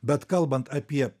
bet kalbant apie